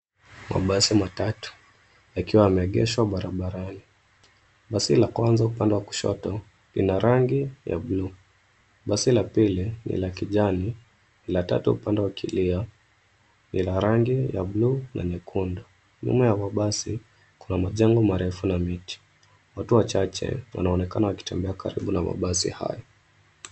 Mabasi matatu yakiwa yameegeshwa barabarani. Basi la kwanza upande wa kushoto lina rangi ya buluu, basi la pili ni la kijani, la tatu upande wa kulia ni la rangi ya buluu na nyekundu. Nyuma ya mabasi kuna majengo marefu na miti. Watu wachache wanaonekana wakitembea karibu na mabasi hayo.